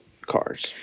cars